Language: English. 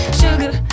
sugar